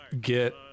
get